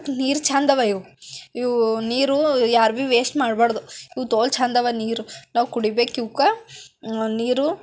ನೀರು ಚಂದ ಅವ ಇವು ಇವು ನೀರು ಯಾರು ಭಿ ವೇಸ್ಟ್ ಮಾಡ್ಬಾಡ್ದು ಇವು ತೋಲು ಚಂದವ ನೀರು ನಾವು ಕುಡಿಬೇಕು ಇವ್ಕೆ ನೀರು